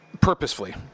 purposefully